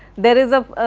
there is a,